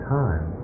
time